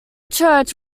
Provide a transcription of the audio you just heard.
church